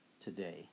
today